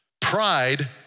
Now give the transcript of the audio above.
Pride